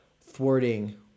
thwarting